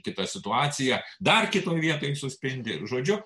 kitą situaciją dar kitoj vietoj suspindi žodžiu